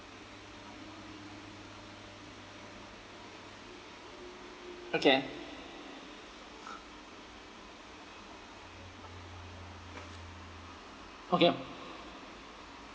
okay okay